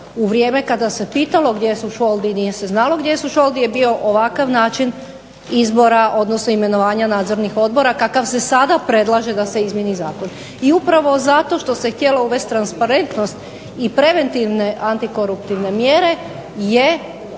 zato kada se pitalo gdje su šoldi, nije se znalo, jer je bio ovakav način izbora odnosno imenovanja nadzornih odbora kakav se sada predlaže da se izmijeni zakon. I upravo zato što se htjelo uvesti transparentnost i preventivne antikoruptivne mjere je